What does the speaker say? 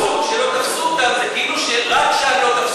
כשאתה אומר